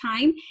time